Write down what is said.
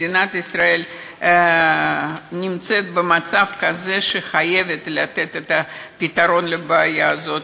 מדינת ישראל נמצאת במצב כזה שהיא חייבת לתת את הפתרון לבעיה הזאת,